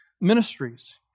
ministries